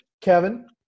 Kevin